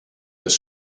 des